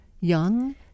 Young